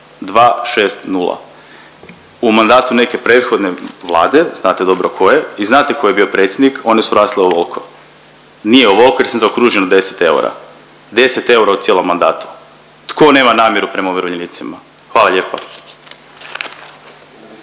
nula. U mandatu neke prethodne vlade, znate dobro koje, i znate tko je bio predsjednik, one su rasle ovol'ko. Nije ovol'ko jer sam zaokružio na 10 eura. 10 eura u cijelom mandatu. Tko nema namjeru prema umirovljenicima? Hvala lijepa.